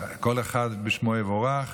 כל אחד בשמו יבורך,